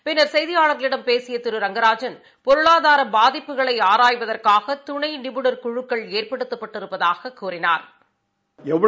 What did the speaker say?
பின்னர் செய்தியாள்களிடம் பேசியதிரு ரங்கராஜன் பொருளாதாரபாதிப்புகளைஆராய்வதற்காகதுணைநிபுணா் குழு ஏற்படுத்தப்பட்டிருப்பதாகக் கூறினாா்